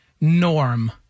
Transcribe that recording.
norm